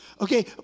Okay